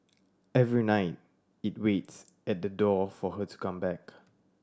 every night it waits at the door for her to come back